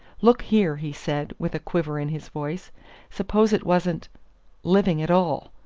look here, he said, with a quiver in his voice suppose it wasn't living at all!